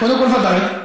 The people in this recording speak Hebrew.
קודם כול, ודאי.